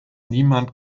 niemand